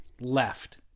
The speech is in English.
left